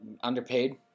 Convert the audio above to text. underpaid